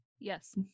yes